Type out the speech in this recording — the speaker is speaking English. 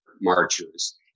marchers